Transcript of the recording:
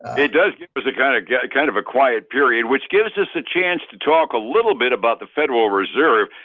it does does the kind of yeah kind of a quiet period which gives us a chance to talk a little bit about the federal reserve.